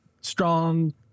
strong